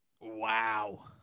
Wow